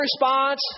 response